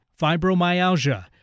fibromyalgia